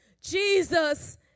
Jesus